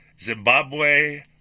Zimbabwe